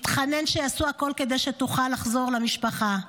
מתחנן שעשו הכול כדי שתוכל לחזור למשפחה.